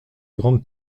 grande